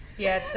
yeah,